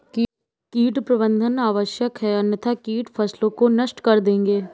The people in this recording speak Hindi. कीट प्रबंधन आवश्यक है अन्यथा कीट फसलों को नष्ट कर देंगे